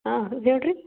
ಹಾಂ ಹೇಳಿ ರೀ